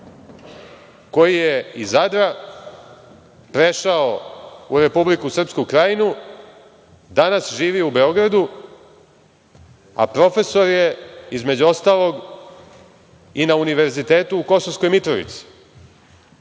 koji je iz Zadra prešao u Republiku Srpsku Krajinu, danas živi u Beogradu a profesor je, između ostalog, i na Univerzitetu u Kosovskoj Mitrovici. Ovde